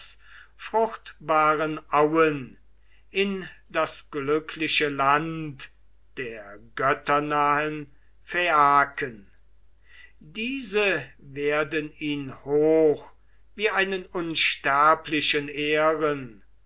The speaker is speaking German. fruchtbaren auen in das glückliche land der götternahen phaiaken diese werden ihn hoch wie einen unsterblichen ehren